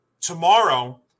tomorrow